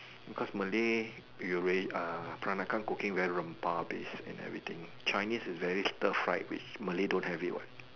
because Malay you uh peranakan cooking very base and everything Chinese is very stir fried which Malay don't have it what